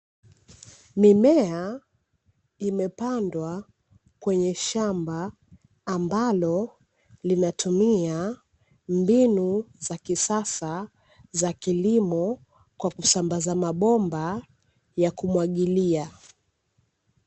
Mimea imepandwa kwenye shamba ambalo linatumia mbinu za kisasa za kilimo, kwa kusambaza mabomba ya kumwagilia